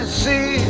see